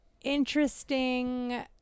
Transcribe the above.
interesting –